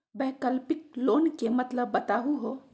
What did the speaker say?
वैकल्पिक लोन के मतलब बताहु हो?